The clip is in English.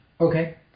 Okay